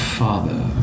father